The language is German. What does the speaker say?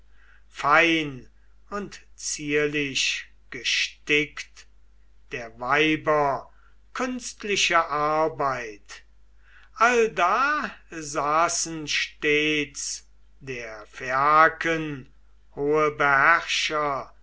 fein und zierlich gestickt der weiber künstliche arbeit allda saßen stets der phaiaken hohe beherrscher